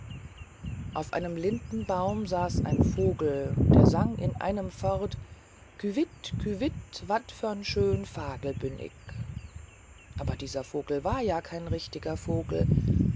auf einem lindenbaum saß ein vogel der sang in einem fort kywitt kywitt wat vörn schöön vagel bün ick aber dieser vogel war kein richtiger vogel